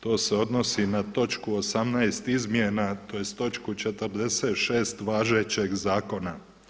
To se odnosi na točku 18. izmjena, tj. točku 46. važećeg zakona.